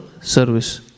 service